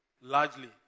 largely